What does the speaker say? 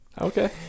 Okay